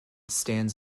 stands